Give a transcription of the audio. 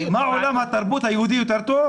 מה, עולם התרבות היהודי יותר טוב?